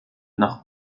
nach